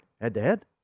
Head-to-head